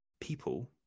people